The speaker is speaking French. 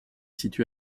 situé